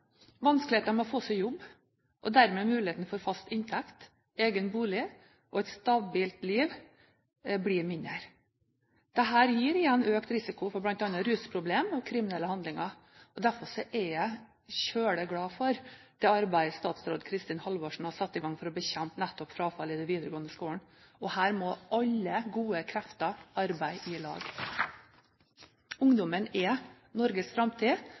med å få seg jobb, og dermed blir muligheten for fast inntekt, egen bolig og et stabilt liv mindre. Dette gir igjen økt risiko for bl.a. rusproblemer og kriminelle handlinger. Derfor er jeg veldig glad for det arbeidet som statsråd Kristin Halvorsen har satt i gang for å bekjempe nettopp frafallet i den videregående skolen. Her må alle gode krefter arbeide sammen. Ungdommen er Norges framtid,